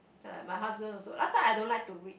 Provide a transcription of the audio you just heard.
ya like my husband also last time I don't like to read